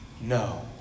no